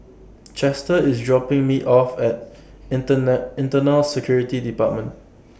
Chester IS dropping Me off At Internet Internal Security department